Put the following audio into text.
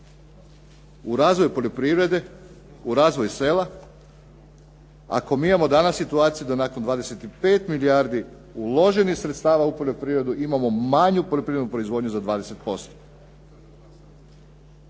u razvoju poljoprivrede, u razvoju sela ako mi imamo danas situaciju da nakon 25 milijardi uloženih sredstava u poljoprivredu imamo manju poljoprivrednu proizvodnju za 20%.